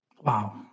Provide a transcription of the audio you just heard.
wow